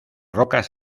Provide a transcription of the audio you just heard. rocas